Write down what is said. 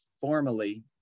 formally